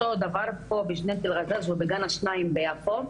אותו דבר פה, ב- - ובגן השניים ביפו,